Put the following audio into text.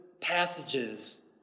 passages